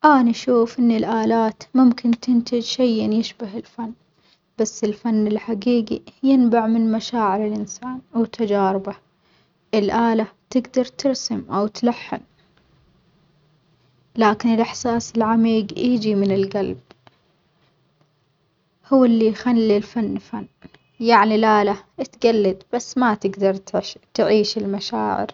أني أشوف إن الآلات ممكن تنتج شيٍ يشبه الفن بس الفن الحجيجي ينبع من مشاعر الإنسان وتجاربه، الآلة تجدر ترسم أو تلحن لكن الإحساس العميج يجي من الجلب هو اللي يخلي الفن فن، يعني الآلة تجلد بس ما تجدر تعش تعيش المشاعر.